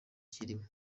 kirimo